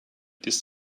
this